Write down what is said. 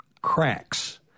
cracks